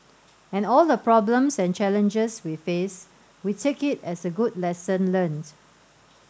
and all the problems and challenges we face we take it as a good lesson learnt